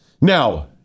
Now